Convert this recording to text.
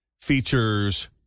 features